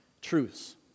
truths